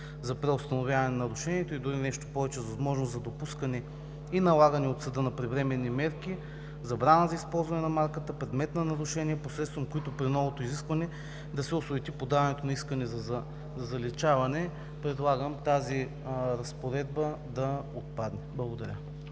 за преустановяване на нарушението, и дори нещо повече – възможност за допускане и налагане от съда на привременни мерки, забрана за използване на марката, предмет на нарушение, посредством които при новото изискване да се осуети подаването на искане за заличаване, предлагам тази разпоредба да отпадне. Благодаря.